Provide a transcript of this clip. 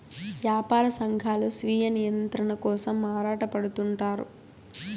యాపార సంఘాలు స్వీయ నియంత్రణ కోసం ఆరాటపడుతుంటారు